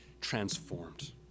transformed